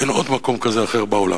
אין עוד מקום כזה בעולם.